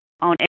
on